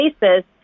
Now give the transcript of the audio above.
basis